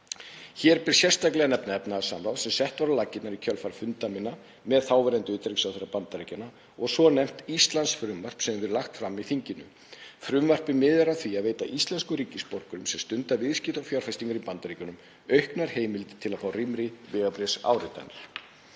Hér ber sérstaklega að nefna efnahagssamráð sem sett var á laggirnar í kjölfar funda minna með þáverandi utanríkisráðherra Bandaríkjanna og svonefnt Íslandsfrumvarp sem verður lagt fram í þinginu. Frumvarpið miðar að því að veita íslenskum ríkisborgurum sem stunda viðskipti og fjárfestingar í Bandaríkjunum auknar heimildir til að fá rýmri vegabréfsáritanir.